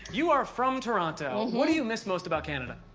you are from toronto. what do you miss most about canada?